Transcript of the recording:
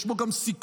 יש בו גם סיכון.